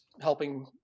helping